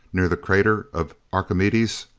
near the crater of archimedes.